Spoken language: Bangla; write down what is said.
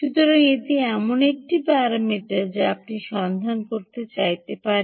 সুতরাং এটি এমন একটি প্যারামিটার যা আপনি সন্ধান করতে চাইতে পারেন